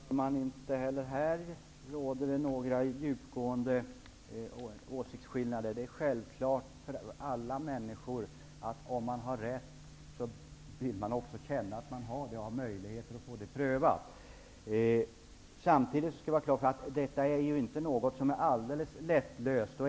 Herr talman! Inte heller på den här punkten råder det några djupgående åsiktsskillnader. Det är självklart för alla människor att man vill ha möjlighet att få prövat om man har rätt, och om man har det vill man också få rätt. Samtidigt skall vi ha klart för oss att detta inte är alldeles lättlöst.